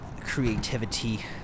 creativity